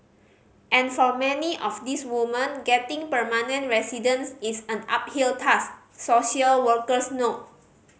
and for many of these woman getting permanent residence is an uphill task social workers note